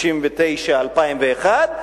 1999 2001,